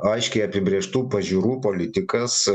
aiškiai apibrėžtų pažiūrų politikas